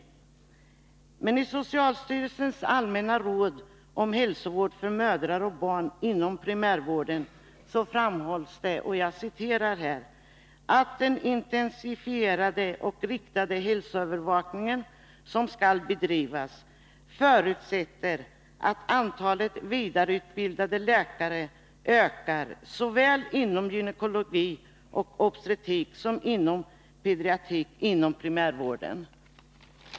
Men i socialstyrelsens allmänna råd om hälsovård för mödrar och barn inom primärvården framhålls ”att den intensifierade och riktade hälsoövervakningen, som skall bedrivas, förutsätter att antalet vidareutbildade läkare ökar såväl inom gynekologi och obstetrik som inom pediatrik inom primärvården”.